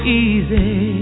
easy